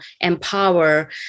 empower